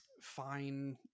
fine